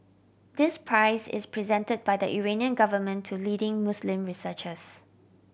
this prize is presented by the Iranian government to leading Muslim researchers